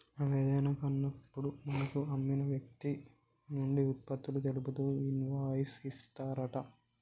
మనం ఏదైనా కాన్నప్పుడు మనకు అమ్మిన వ్యక్తి నుంచి ఉత్పత్తులు తెలుపుతూ ఇన్వాయిస్ ఇత్తారంట